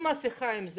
עם מסכה וכו',